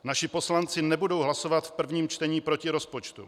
Naši poslanci nebudou hlasovat v prvním čtení proti rozpočtu.